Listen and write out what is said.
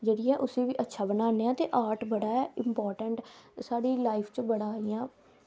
जेह्ड़ी ऐ उसी बी अच्छा बनाने आं ते आर्ट बड़ा इंपार्टैंट साढ़ी लाईफ च इयां